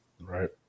Right